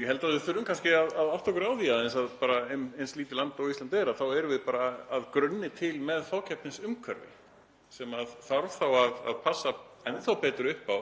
Ég held að við þurfum aðeins að átta okkur á því að eins lítið land og Ísland er þá erum við bara að grunni til með fákeppnisumhverfi sem þarf þá að passa betur upp á